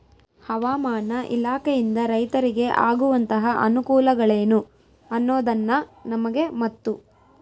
ಹವಾಮಾನ ಇಲಾಖೆಯಿಂದ ರೈತರಿಗೆ ಆಗುವಂತಹ ಅನುಕೂಲಗಳೇನು ಅನ್ನೋದನ್ನ ನಮಗೆ ಮತ್ತು?